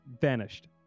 Vanished